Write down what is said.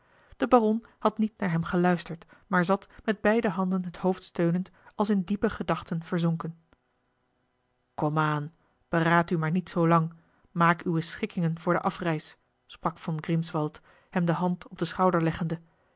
de baron had niet naar hem geluisterd maar zat met beide handen het hoofd steunend als in diepe gedachten verzonken komaan beraad u maar niet zoo lang maak uwe schikkingen voor de afreis sprak von grimswald hem de hand op den schouder leggende